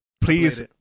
Please